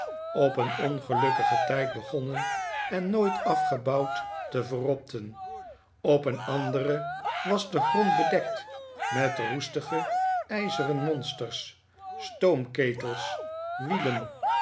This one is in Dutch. op een ongelukkigen tijd begonnen en nooit afgebouwd te verrotten op een andere was de grorid bedekt met roestige ijzeren monsters stoomketels wielen